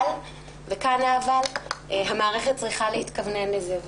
אבל המערכת צריכה להתכוונן לזה.